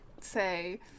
say